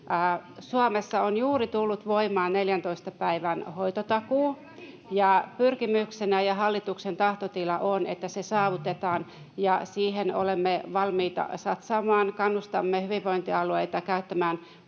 Suomessa on juuri tullut voimaan 14 päivän hoitotakuu, ja hallituksen pyrkimys ja tahtotila on, että se saavutetaan, ja siihen olemme valmiita satsaamaan. Kannustamme hyvinvointialueita käyttämään